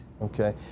Okay